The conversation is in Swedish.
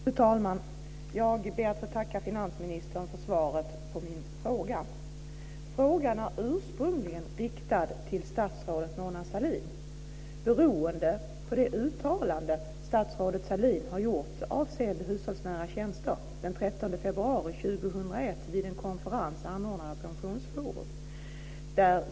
Fru talman! Jag ber att få tacka finansministern för svaret på min interpellation. Interpellationen var ursprungligen riktad till statsrådet Mona Sahlin, beroende på det uttalande statsrådet Sahlin har gjort avseende hushållsnära tjänster den 13 februari 2001 vid en konferens angående pensionsfrågor.